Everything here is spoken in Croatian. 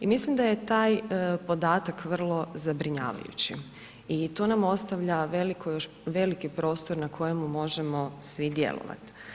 I mislim da je taj podatak vrlo zabrinjavajući i to nam ostavlja veliki prostor na kojemu možemo svi djelovati.